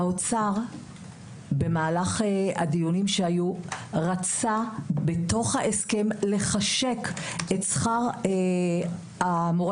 האוצר במהלך הדיונים שהיו רצה בתוך ההסכם לחשק את שכר מורי